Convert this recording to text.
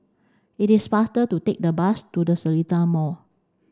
it is faster to take the bus to The Seletar Mall